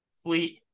fleet